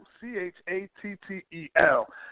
C-H-A-T-T-E-L